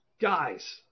Guys